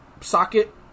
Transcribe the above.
socket